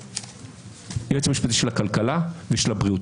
היועץ המשפטי של הכלכלה ושל הבריאות.